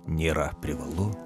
nėra privalu